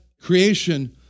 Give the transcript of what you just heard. creation